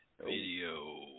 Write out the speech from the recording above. Video